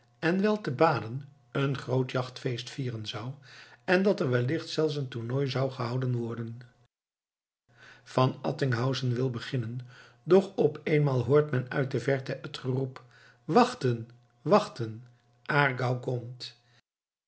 en wel te baden een groot jachtfeest vieren zou en dat er wellicht zelfs een tornooi zou gehouden worden van attinghausen wil beginnen doch op eenmaal hoort men uit de verte het geroep wachten wachten